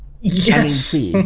Yes